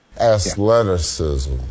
Athleticism